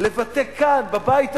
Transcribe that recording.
לבטא כאן, בבית הזה,